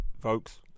Folks